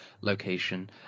location